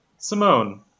Simone